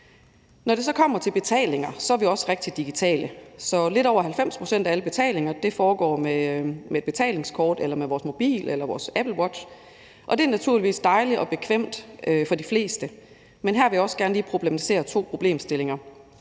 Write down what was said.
Når det så kommer til betalinger, er vi også rigtig digitale. Lidt over 90 pct. af alle betalinger foregår med betalingskort eller med vores mobil eller vores Apple Watch, og det er naturligvis dejligt og bekvemt for de fleste. Men her vil jeg også gerne lige problematisere to problemstillinger: